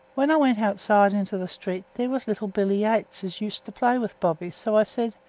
when i went outside into the street there was little billy yates, as used to play with bobby, so i says,